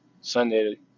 Sunday